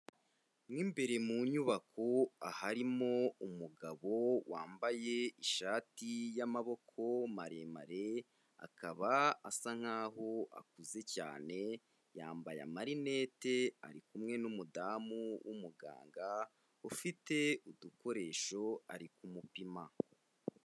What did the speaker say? Mwimbere mu nyubako aharimo umugabo wambaye ishati y'amaboko maremare akaba asa nk'aho akuze cyane yambaye amarinete arikumwe numudamu w'umuganga ufite udukoresho ari kumupima.